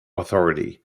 authority